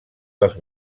dels